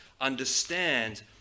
understand